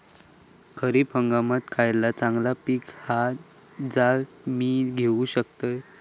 खरीप हंगामाक खयला चांगला पीक हा जा मी घेऊ शकतय?